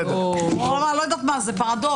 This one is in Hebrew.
אני לא יודעת מה זה, אולי פרדוקס.